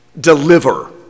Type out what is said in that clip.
deliver